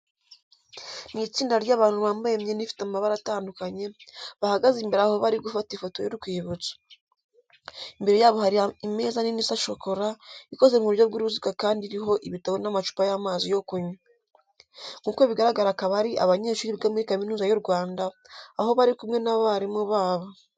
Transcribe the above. Ni itsinda ry'abantu bambaye imyenda ifite amabara atandukanye, bahagaze imbere aho bari gufata ifoto y'urwibutso. Imbere yabo hari imeza nini isa shokora, ikoze mu buryo bw'uruziga kandi iriho ibitabo n'amacupa y'amazi yo kunywa. Nk'uko bigaragara akaba ari abanyeshuri biga muri Kaminuza y'u Rwanda, aho bari kumwe n'abarimu babo.